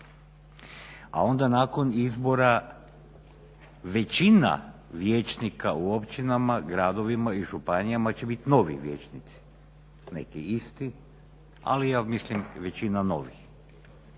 a onda nakon izbora većina vijećnika u općinama, gradovima i županijama će bit novi vijećnici, negdje isti ali ja mislim većina novih.